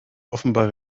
offenbar